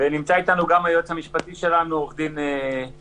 נמצא איתנו גם היועץ המשפטי שלנו עו"ד ברק.